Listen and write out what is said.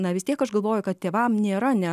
na vis tiek aš galvoju kad tėvam nėra ne